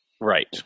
Right